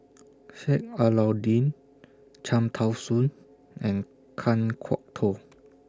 Sheik Alau'ddin Cham Tao Soon and Kan Kwok Toh